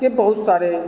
के बहुत सारे